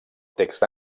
text